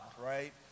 right